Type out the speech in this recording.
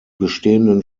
bestehenden